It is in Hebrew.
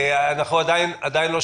אני אומר